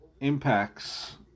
impacts